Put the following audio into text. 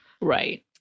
Right